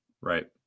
right